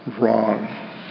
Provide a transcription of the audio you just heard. wrong